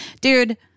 Dude